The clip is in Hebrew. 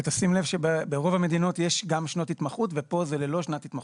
ותשים לב שברוב המדינות יש גם שנת התמחות ופה זה לא שנת התמחות.